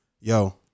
Yo